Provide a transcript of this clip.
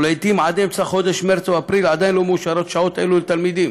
ולעתים עד אמצע חודש מרס או אפריל עדיין לא מאושרות שעות אלו לתלמידים.